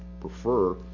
prefer